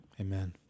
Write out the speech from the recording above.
Amen